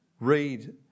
Read